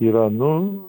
yra nu